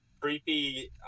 Creepy